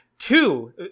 Two